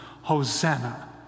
Hosanna